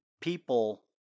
people